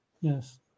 Yes